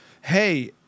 Hey